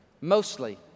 Mostly